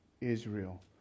Israel